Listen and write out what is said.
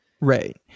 Right